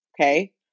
Okay